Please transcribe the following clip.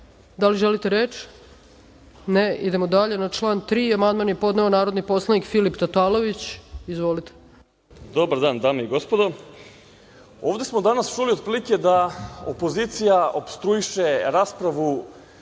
li želite reč? Ne, idemo dalje. Na član 3. amandman je podneo narodni poslanik Filip Tatalović. Izvolite. **Filip Tatalović** Dobar dan, dame i gospodo. Ovde smo danas čuli otprilike da opozicija opstruiše raspravu